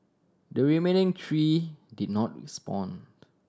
the remaining three did not respond